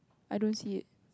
I don't see it